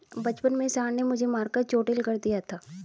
बचपन में सांड ने मुझे मारकर चोटील कर दिया था